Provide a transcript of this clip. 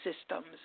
systems